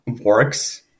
works